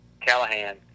Callahan